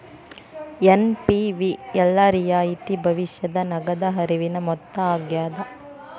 NPV ಎಲ್ಲಾ ರಿಯಾಯಿತಿ ಭವಿಷ್ಯದ ನಗದ ಹರಿವಿನ ಮೊತ್ತ ಆಗ್ಯಾದ